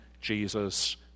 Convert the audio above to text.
Jesus